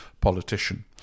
politician